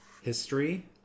history